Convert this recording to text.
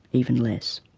even less.